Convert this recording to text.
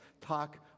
talk